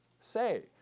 say